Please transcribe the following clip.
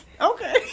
okay